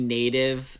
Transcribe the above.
native